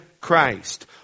Christ